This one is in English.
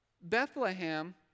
Bethlehem